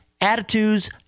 attitudes